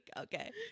okay